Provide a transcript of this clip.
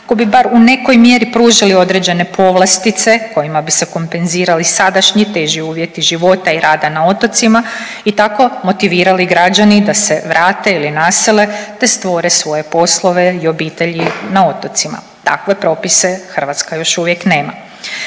kako bi bar u nekoj mjeri pružili određene povlastice kojima bi se kompenzirali sadašnji teži uvjeti života i rada na otocima i tako motivirali građani da se vrate ili nasele, te stvore svoje poslove i obitelji na otocima, takve propise Hrvatska još nema.